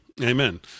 Amen